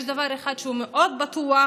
יש דבר אחד שהוא מאוד בטוח,